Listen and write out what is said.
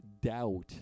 doubt